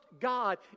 God